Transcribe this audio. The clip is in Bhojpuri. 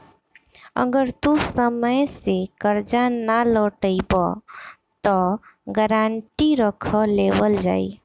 अगर तू समय से कर्जा ना लौटइबऽ त गारंटी रख लेवल जाई